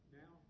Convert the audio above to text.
now